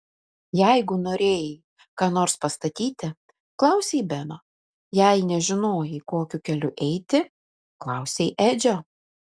jeigu norėjai ką nors pastatyti klausei beno jei nežinojai kokiu keliu eiti klausei edžio